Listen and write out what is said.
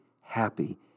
happy